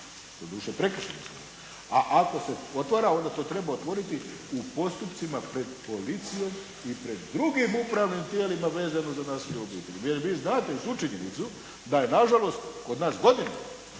se ne razumije./… A ako se otvara onda to treba otvoriti u postupcima pred policijom i pred drugim upravnim tijelima vezano za nasilje u obitelji, jer vi znate i tu činjenicu da je nažalost kod nas godinama